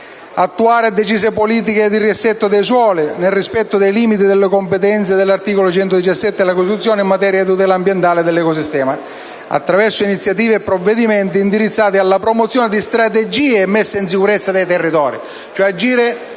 attuare decise politiche di riassetto dei suoli, nel rispetto dei limiti delle competenze *ex* articolo 117 della Costituzione in materia di tutela ambientale e dell'ecosistema, attraverso iniziative e provvedimenti indirizzati alla promozione di strategie per la messa in sicurezza dei territori